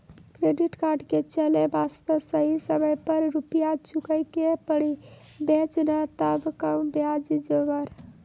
Credit card के चले वास्ते सही समय पर रुपिया चुके के पड़ी बेंच ने ताब कम ब्याज जोरब?